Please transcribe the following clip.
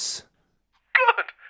Good